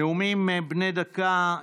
נאומים בני דקה,